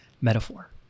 metaphor